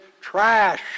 trash